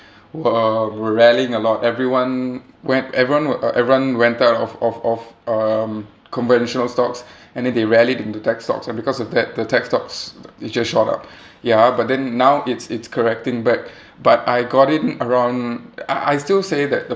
were were rallying a lot everyone went everyone uh everyone went out of of of um conventional stocks and then they rallied into tech stocks and because of that the tech stocks it just shot up ya but then now it's it's correcting back but I got in around I I still say that the